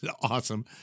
awesome